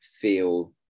feel